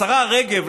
השרה רגב,